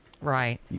right